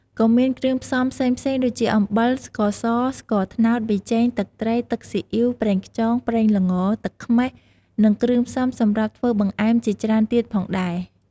ក៏មានគ្រឿងផ្សំផ្សេងៗ ដូចជាអំបិល ស្ករស ស្ករត្នោត ប៊ីចេង ទឹកត្រី ទឹកស៊ីអ៊ីវ ប្រេងខ្យង ប្រេងល្ង ទឹកខ្មេះ និងគ្រឿងផ្សំសម្រាប់ធ្វើបង្អែមជាច្រើនទៀតផងដែរ។